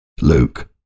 Luke